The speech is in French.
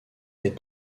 est